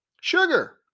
Sugar